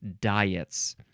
diets